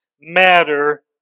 matter